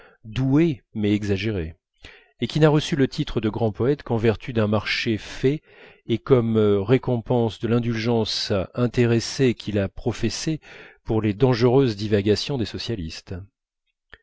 doué mais exagéré et qui n'a reçu le titre de grand poète qu'en vertu d'un marché fait et comme récompense de l'indulgence intéressée qu'il a professée pour les dangereuses divagations des socialistes